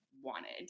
wanted